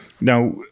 Now